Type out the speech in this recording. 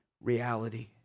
reality